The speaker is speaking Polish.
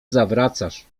zawracasz